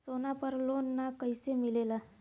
सोना पर loan कइसे मिलेला?